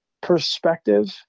perspective